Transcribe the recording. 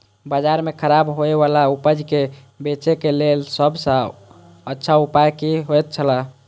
बाजार में खराब होय वाला उपज के बेचे के लेल सब सॉ अच्छा उपाय की होयत छला?